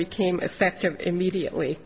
became effective immediately